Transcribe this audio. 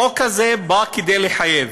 החוק הזה בא כדי לחייב.